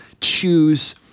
choose